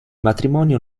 matrimonio